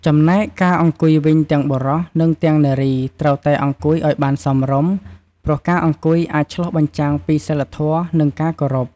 ចំណែកការអង្គុយវិញទាំងបុរស និងទាំងនារីត្រូវតែអង្គុយឲ្យបានសមរម្យ ព្រោះការអង្គុយអាចឆ្លុះបញ្ចាំងពី សីលធម៌ និងការគោរព។